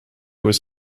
was